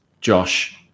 Josh